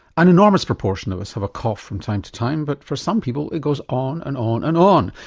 an enormous proportion of us have a cough from time to time but for some people it goes on and on and on.